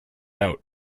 out